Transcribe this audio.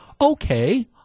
Okay